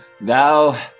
Thou